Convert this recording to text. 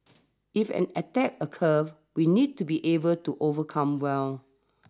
if an attack occurs we need to be able to overcome well